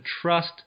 trust